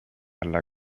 alla